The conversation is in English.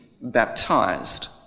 baptized